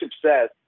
success